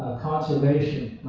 conservation,